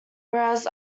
whereas